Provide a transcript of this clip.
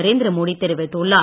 நரேந்திரமோடி தெரிவித்துள்ளார்